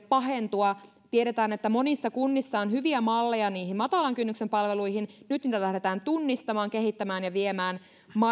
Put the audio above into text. pahentua tiedetään että monissa kunnissa on hyviä malleja niihin matalan kynnyksen palveluihin nyt niitä lähdetään tunnistamaan kehittämään ja viemään